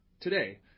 Today